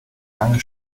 lange